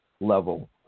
level